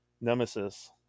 nemesis